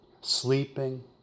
sleeping